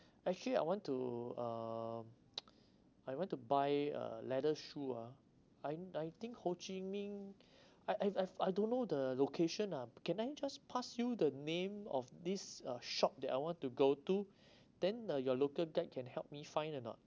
actually I want to uh I went to buy uh leather shoe ah I I think ho chi minh I I've I've I don't know the location ah can I just pass you the name of this uh shop that I want to go to then uh your local guide can help me find or not